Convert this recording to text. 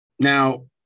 Now